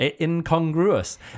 incongruous